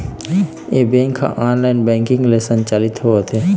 ए bank ह online banking ले संचालित होवत हे